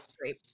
great